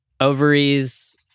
ovaries